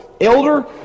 elder